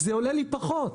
זה עולה לי פחות.